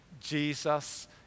Jesus